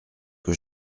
que